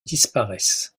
disparaissent